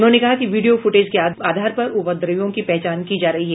उन्होंने कहा कि वीडियो फुटेज के आधार पर अन्य उपद्रवियों की पहचान की जा रही है